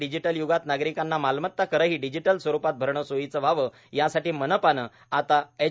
digital य्गात नागरिकांना मालमत्ता करही डिजीटल स्वरूपात भरणे सोयीचे व्हावे यासाठी मनपाने आता एच